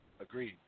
Agreed